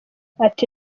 ati